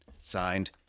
Signed